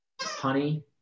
honey